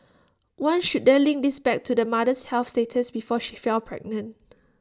one should then link this back to the mother's health status before she fell pregnant